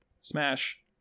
smash